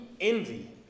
envy